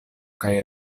kaj